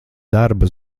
darba